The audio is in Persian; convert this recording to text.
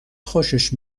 خوشش